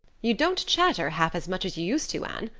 you don't chatter half as much as you used to, anne,